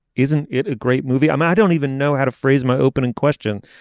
isn't it a great movie. i'm i don't even know how to phrase my opening question.